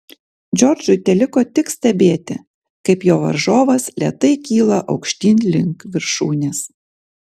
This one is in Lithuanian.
džordžui teliko tik stebėti kaip jo varžovas lėtai kyla aukštyn link viršūnės